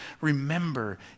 Remember